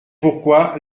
pourquoi